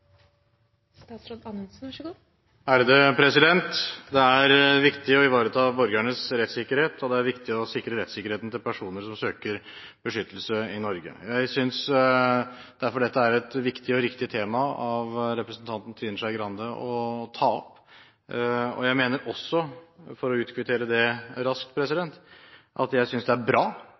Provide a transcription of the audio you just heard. søker beskyttelse i Norge. Jeg synes derfor dette er et viktig og riktig tema av representanten Trine Skei Grande å ta opp, og jeg mener også – for å kvittere det ut raskt – at det er bra at Advokatforeningens prosedyregruppe og andre uavhengige organisasjoner ser med kritisk blikk på utlendingsforvaltningens håndtering av sakene. Det gjelder helt generelt. Og mitt prinsipielle syn på forvaltningen er: